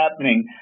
happening